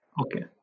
Okay